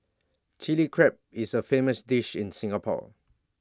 Chilli Crab is A famous dish in Singapore